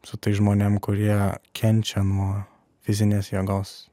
su tais žmonėm kurie kenčia nuo fizinės jėgos